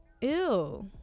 ew